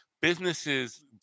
businesses